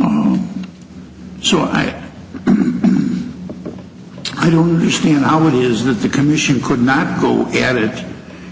mom so i i don't understand how it is that the commission could not go get it